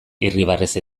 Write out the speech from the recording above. irribarrez